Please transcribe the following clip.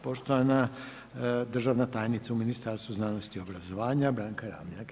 Poštovana državna tajnica u Ministarstvu znanosti, obrazovanja Branka RAmljak.